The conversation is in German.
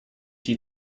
die